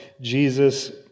Jesus